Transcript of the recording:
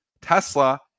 Tesla